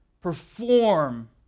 perform